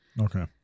okay